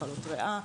מחלות ריאה,